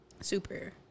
Super